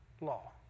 law